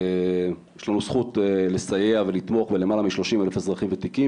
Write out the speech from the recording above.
יש לנו זכות לסייע ולתמוך ב-למעלה מ-30 אלף אזרחים ותיקים,